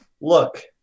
Look